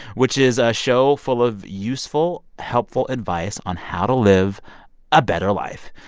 which is a show full of useful, helpful advice on how to live a better life.